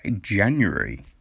January